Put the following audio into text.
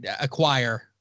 acquire